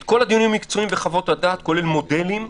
את כל הדיונים המקצועיים וחוות הדעת, כולל מודלים,